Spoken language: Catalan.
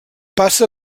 passa